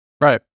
Right